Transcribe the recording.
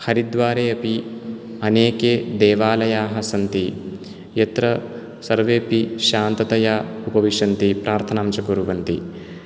हरिद्वारे अपि अनेके देवालयाः सन्ति यत्र सर्वेऽपि शान्ततया उपविशन्ति प्रार्थनाञ्च कुर्वन्ति